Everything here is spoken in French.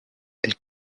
elle